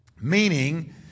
meaning